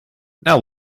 now